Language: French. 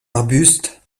arbustes